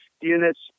units